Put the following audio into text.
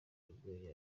urwenya